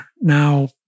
now